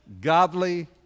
Godly